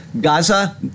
Gaza